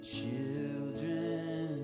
Children